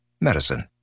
Medicine